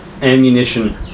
ammunition